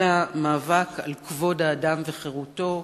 אלא מאבק על כבוד האדם וחירותו.